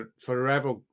forever